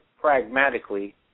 pragmatically